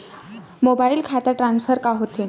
Mobile खाता transfer का होथे?